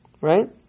right